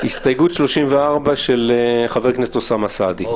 הסתייגות 34 של חבר הכנסת אוסמה סעדי.